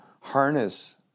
harness